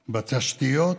בתשתיות,